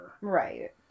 Right